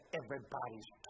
everybody's